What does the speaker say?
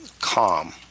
calm